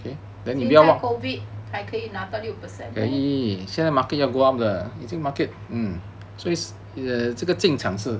现在 COVID 还可以拿到六 percent ah